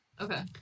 Okay